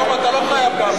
היום אתה לא חייב גם,